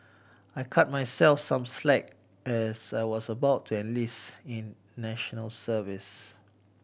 I cut myself some slack as I was about to enlist in National Service